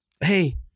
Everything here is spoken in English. Hey